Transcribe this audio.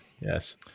Yes